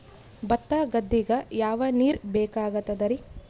ಭತ್ತ ಗದ್ದಿಗ ಯಾವ ನೀರ್ ಬೇಕಾಗತದರೀ?